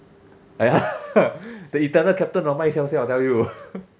ya the eternal captain of mine siao siao I tell you